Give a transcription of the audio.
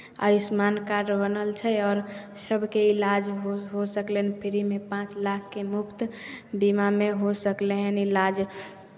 Ayushman card बनल छै आओर सभके इलाज हो हो सकलनि फ्रीमे पाँच लाखके मुफ्त बीमामे हो सकलै हन इलाज